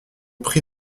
prie